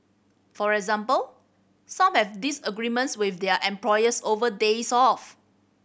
for example some have disagreements with their employers over days off